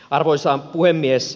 arvoisa puhemies